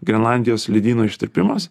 grenlandijos ledynų ištirpimas